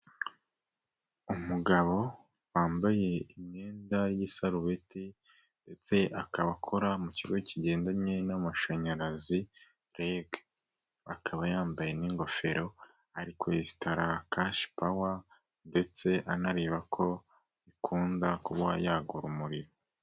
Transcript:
Umugabo wambaye imyenda y'isarubeti ndetse akaba akora mu kigo kigendanye n'amashanyarazi REG. Akaba yambaye n'ingofero ari kwesitara kashi pawa ndetse anareba ko bikunda kuba yagura umuriro.